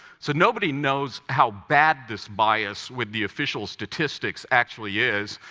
so nobody knows how bad this bias with the official statistics actually is,